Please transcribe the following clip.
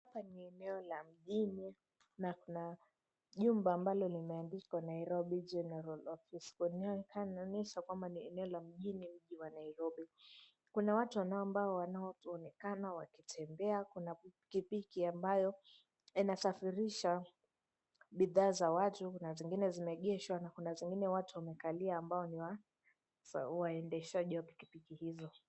Hapa ni eneo la mjini ma kuna jumba ambalo limeandikwa "Nairobi General Office" kuonyesha kwamba ni eneo la mjini, mji wa nairobi. Kuna watu ambao wanaoonekana wakitembea, kuna pikipiki ambayo inasafirisha bidhaa za watu na zingine zimeegeshwa na kuna zingine watu wamekalia ambao ni waendeshaji wa pikipiki hizo.